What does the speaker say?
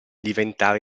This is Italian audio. diventare